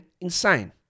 Insane